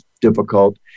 difficult